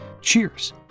Cheers